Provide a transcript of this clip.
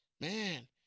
Man